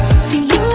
see you